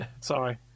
Sorry